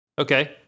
Okay